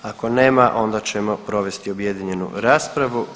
Ako nema onda ćemo provesti objedinjenu raspravu.